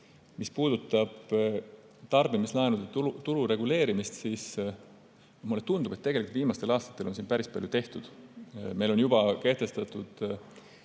puudutab tarbimislaenude turu reguleerimist, siis mulle tundub, et viimastel aastatel on siin päris palju tehtud. Meil on juba palju